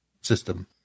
system